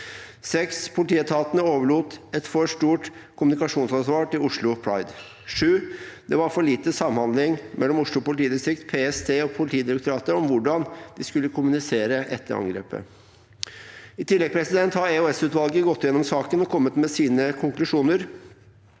6. Politietatene overlot et for stort kommunikasjonsansvar til Oslo Pride. 7. Det var for lite samhandling mellom Oslo politidistrikt, PST og Politidirektoratet om hvordan de skulle kommunisere etter angrepet. I tillegg har EOS-utvalget gått gjennom saken og kommet med sine konklusjoner.